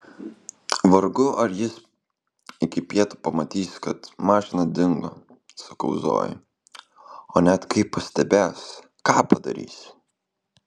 vargu ar jis iki pietų pamatys kad mašina dingo sakau zojai o net kai pastebės ką padarys